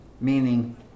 meaning